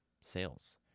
sales